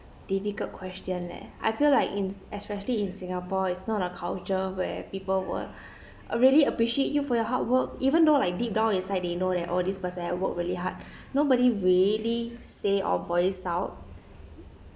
difficult question leh I feel like in especially in singapore it's not a culture where people will really appreciate you for your hard work even though like deep down inside they know that oh this person had work really hard nobody really say or voice out